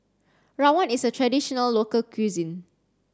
Rawon is a traditional local cuisine